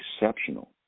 exceptional